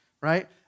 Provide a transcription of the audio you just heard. right